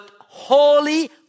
holy